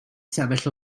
sefyll